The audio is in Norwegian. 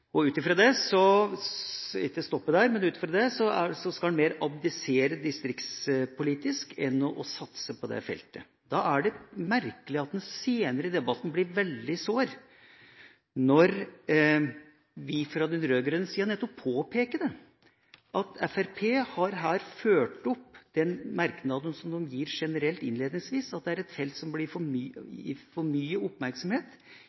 Ut fra dette ser det ut til at de ønsker mer å abdisere distriktspolitisk enn å satse på dette feltet. Da er det merkelig at en senere i debatten blir veldig sår når vi fra den rød-grønne sida nettopp påpeker at Fremskrittspartiet her har ført opp – i den generelle merknaden som de gir innledningsvis – at dette er et felt som blir gitt for mye oppmerksomhet